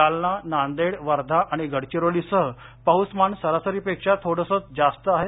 जालना नांदेड वर्धा आणि गडचिरोलीतही पाऊसमान सरासरीपेक्षा थोडंसंच जास्त आहे